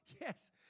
yes